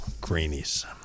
greenies